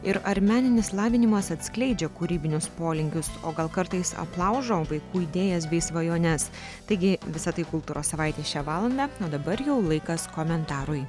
ir ar meninis lavinimas atskleidžia kūrybinius polinkius o gal kartais aplaužo vaikų idėjas bei svajones taigi visa tai kultūros savaitėj šią valandą o dabar jau laikas komentarui